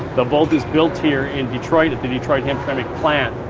the volt is built here in detroit, at the detroit-hamtramck plant.